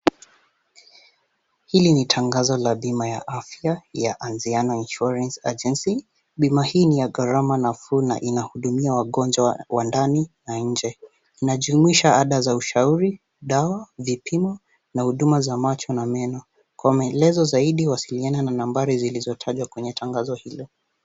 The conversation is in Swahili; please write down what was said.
Hili ni tangazo la bima ya afya ya Anziano Insurance agency. Bima hii ni ya gharama nafuu na inahudumia wagonjwa wa ndani na nje. Inajumuisha ada za ushauri, dawa , vipimo na huduma za macho na meno. Kwa maelezo zaidi wasiliana na nambari zilizotajwa kwenye tangazo hilo.